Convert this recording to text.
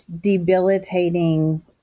debilitating